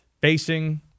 facing